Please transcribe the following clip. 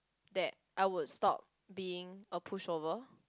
that I would stop being a pushover